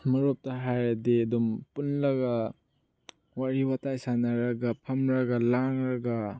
ꯃꯔꯨꯞꯇ ꯍꯥꯏꯔꯗꯤ ꯑꯗꯨꯝ ꯄꯨꯜꯂꯒ ꯋꯥꯔꯤ ꯋꯇꯥꯏ ꯁꯥꯟꯅꯔꯒ ꯐꯝꯃꯒ ꯂꯥꯡꯉꯒ